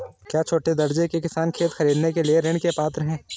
क्या छोटे दर्जे के किसान खेत खरीदने के लिए ऋृण के पात्र हैं?